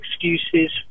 excuses